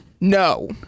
No